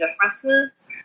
differences